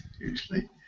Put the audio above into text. usually